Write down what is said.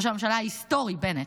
ראש הממשלה ההיסטורי בנט,